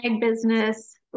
business